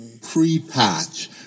pre-patch